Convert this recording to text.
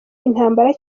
intambara